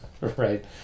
Right